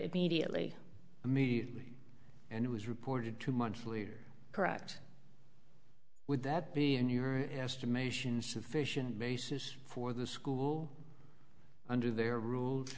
immediately immediately and it was reported two months later correct would that be in your estimation sufficient basis for the school under their rules